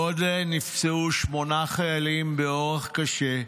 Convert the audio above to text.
עוד נפצעו שמונה חיילים באורח קשה,